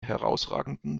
herausragenden